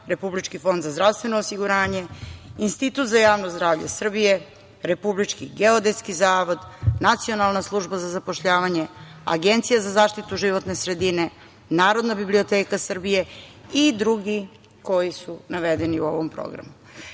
Republički fond za zdravstveno osiguranje, Institut za javno zdravlje Srbije, Republički geodetski zavod, Nacionalna služba za zapošljavanje, Agencija za zaštitu životne sredine, Narodna biblioteka Srbije i drugi koji su navedeni u ovom programu. Ja